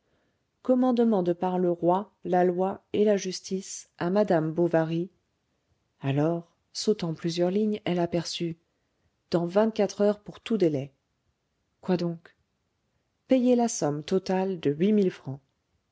commandement de par le roi la loi et justice à madame bovary alors sautant plusieurs lignes elle aperçut dans vingt-quatre heures pour tout délai quoi donc payer la somme totale de huit mille francs